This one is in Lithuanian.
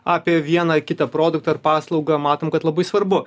apie vieną ar kitą produktą ar paslaugą matom kad labai svarbu